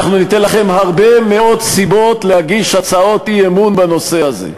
אנחנו ניתן לכם הרבה מאוד סיבות להגיש הצעות אי-אמון בנושא הזה.